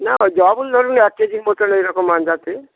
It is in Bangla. না জবা ফুল ধরে নিন এক কেজি মতো এরকম যাতে